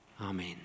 Amen